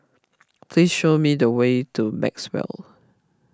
please show me the way to Maxwell